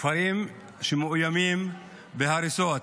כפרים שמאוימים בהריסות.